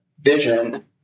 vision